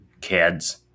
Kids